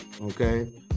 okay